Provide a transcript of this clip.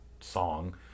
song